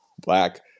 black